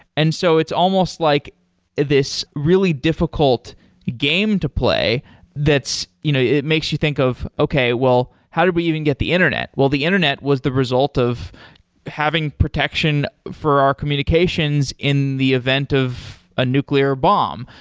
and so it's almost like this really difficult game to play that you know it makes you think of, okay. well, how did we even get the internet? well, the internet was the result of having protection for our communications in the event of a nuclear bomb.